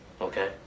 okay